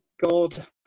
God